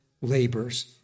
labors